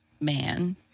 man